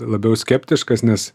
labiau skeptiškas nes